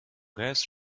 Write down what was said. gas